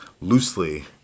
loosely